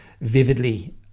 vividly